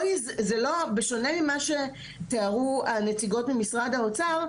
בשונה ממה שתיארו הנציגות ממשרד האוצר,